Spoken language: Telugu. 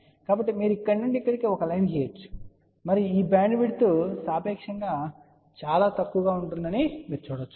కాబట్టి మీరు ఇక్కడ నుండి ఇక్కడికి ఒక లైన్ ను గీయవచ్చు మరియు ఈ బ్యాండ్విడ్త్ సాపేక్షంగా చాలా తక్కువగా ఉంటుందని మీరు చూడవచ్చు